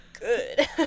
good